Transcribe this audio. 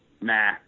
Nah